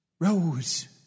Rose